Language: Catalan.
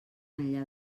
enllà